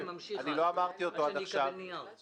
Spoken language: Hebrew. לא אמרתי אותו עד עכשיו